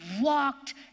walked